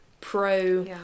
pro